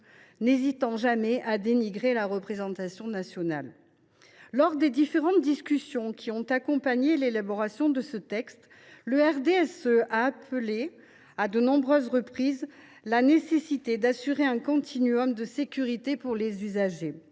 n’hésitant jamais à dénigrer la représentation nationale. Lors des différentes discussions qui ont accompagné l’élaboration du texte, le groupe du RDSE a rappelé, à de nombreuses reprises, la nécessité d’assurer un continuum de sécurité pour les usagers